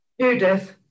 Judith